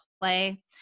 play